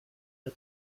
jag